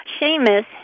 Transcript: Seamus